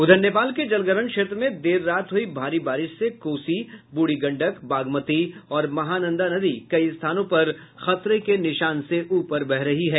उधर नेपाल के जलग्रहण क्षेत्र में देर रात हुई भारी बारिश से कोसी ब्रुढ़ी गंडक बागमती और महानंदा नदी कई स्थानों पर खतरे के निशान से ऊपर बह रही है